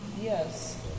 Yes